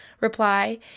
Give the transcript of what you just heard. reply